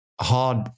hard